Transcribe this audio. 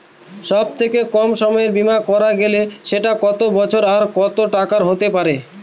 সব থেকে কম সময়ের বীমা করা গেলে সেটা কত বছর আর কত টাকার হতে পারে?